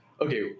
Okay